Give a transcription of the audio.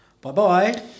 Bye-bye